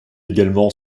également